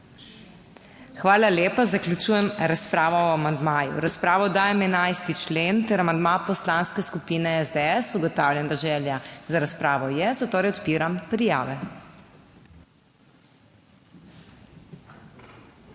Hvala lepa. Zaključujem razpravo o amandmaju. V razpravo dajem 11. člen ter amandma Poslanske skupine SDS. Ugotavljam, da želja za razpravo je, zatorej odpiram prijave.